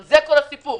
זה כל הסיפור.